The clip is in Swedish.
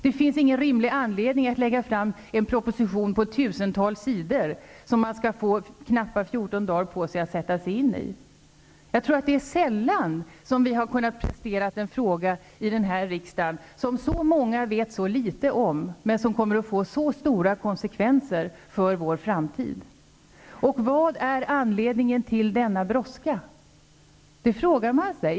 Det finns ingen rimlig anledning att lägga fram en proposition på ett tusental sidor vilken man skall få knappa 14 dagar att sätta sig in i. Vi har sällan kunnat få fram en fråga här i riksdagen som så många vet så litet om, men som kommer att få så stora konsekvenser för vår framtid. Man frågar sig: Vad är anledningen till denna brådska?